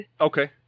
Okay